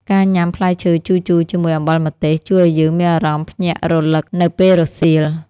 ការញ៉ាំផ្លែឈើជូរៗជាមួយអំបិលម្ទេស ជួយឱ្យយើងមានអារម្មណ៍ភ្ញាក់រលឹកនៅពេលរសៀល។